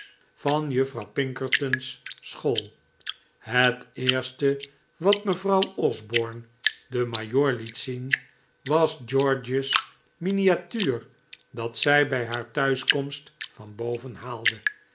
van juffrouw pinkerton's school het eerste wat mevrouw osborne den majoor liet zien f was george's miniatuur dat zij bij haar thuiskomst van boven haalde